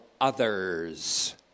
others